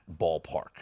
ballpark